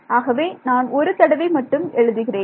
ஆகவே நான் ஒரு தடவை மட்டும் எழுதுகிறேன்